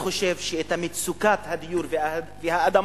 אני חושב שמצוקת הדיור והאדמות